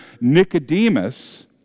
Nicodemus